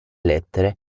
lettere